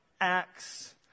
Acts